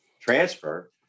transfer